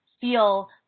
feel